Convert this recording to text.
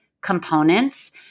components